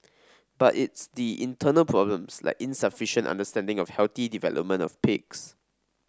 but it's the internal problems like insufficient understanding of healthy development of pigs